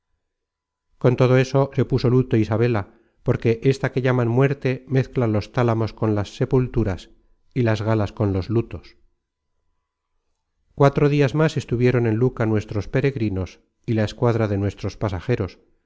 con todo eso se puso luto isabela porque ésta que llaman muerte mezcla los tálamos con las sepulturas y las galas con los lutos cuatro dias más estuvieron en luca nuestros peregrinos y la escuadra de nuestros pasajeros